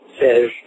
says